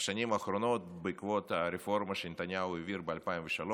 השנים האחרונות בעקבות הרפורמה שנתניהו העביר ב-2003,